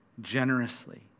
generously